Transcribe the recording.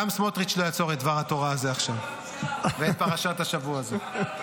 גם סמוטריץ' לא יעצור את דבר התורה הזה עכשיו ואת פרשת השבוע הזאת.